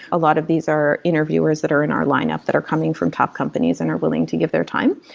a lot of these are interviewers that are in our line-up that are coming from top companies and are willing to give their time.